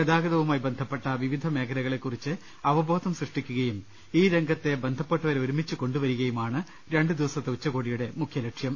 ഗതാഗതവുമായി ബന്ധപ്പെട്ട വിവിധ മേഖലകളെകുറിച്ച് അവബോധം സൃഷ്ടി ക്കുകയും ഈ രംഗത്തെ ബന്ധപ്പെട്ടവരെ ഒരുമിച്ച് കൊണ്ടുവരികയുമാണ് രണ്ട് ദിവസത്തെ ഉച്ചകോടിയുടെ മുഖ്യലക്ഷ്യം